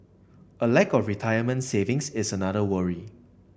a lack of retirement savings is another worry